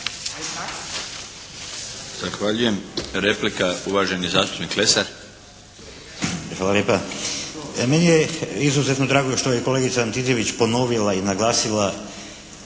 Zahvaljujem. Replika, uvaženi zastupnik Lesar. **Lesar, Dragutin (HNS)** Hvala lijepa. Meni je izuzetno drago što je i kolegica Antičević ponovila i naglasila